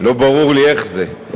לא ברור לי איך זה.